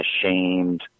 ashamed